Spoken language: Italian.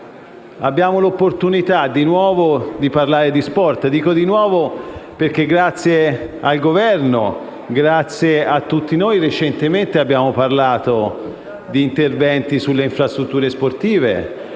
Abbiamo l'opportunità di parlare nuovamente di sport. Dico nuovamente perché, grazie al Governo, grazie a tutti noi, recentemente abbiamo parlato di interventi sulle infrastrutture sportive;